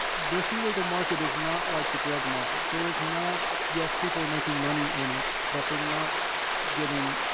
this illegal market is not like the drug market. there is not yes, people are making money in it. but they're not getting,